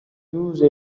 huge